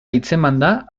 hitzemanda